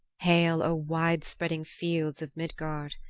hail, o wide-spreading fields of midgard!